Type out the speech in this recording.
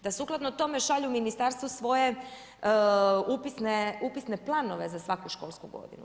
Da sukladno tome šalju ministarstvu svoje upisne planove za svaku školsku godinu.